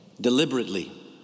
deliberately